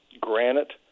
granite